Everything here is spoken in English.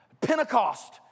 Pentecost